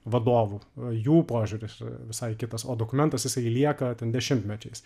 vadovų jų požiūris visai kitas o dokumentas jisai lieka ten dešimtmečiais